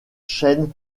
chênes